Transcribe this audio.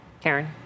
Karen